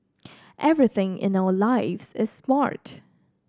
everything in our lives is smart